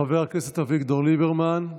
חבר הכנסת אביגדור ליברמן,